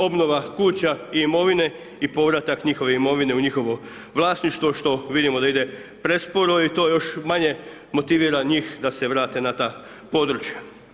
Obnova kuća i imovine i povratak njihove imovine u njihovo vlasništvo što vidimo da ide presporo i to još manje motivira njih da se vrate na ta područja.